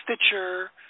Stitcher